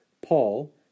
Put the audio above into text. Paul